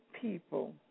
people